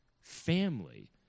family